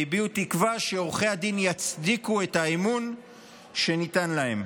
והביעו תקווה שעורכי הדין יצדיקו את האמון שניתן להם.